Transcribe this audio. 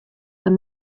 dan